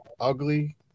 ugly